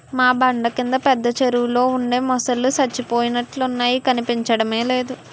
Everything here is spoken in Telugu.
మా బండ కింద పెద్ద చెరువులో ఉండే మొసల్లు సచ్చిపోయినట్లున్నాయి కనిపించడమే లేదు